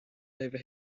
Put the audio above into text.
over